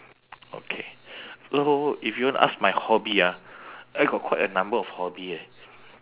okay so if you want ask my hobby ah I got quite a number of hobby eh